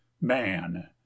man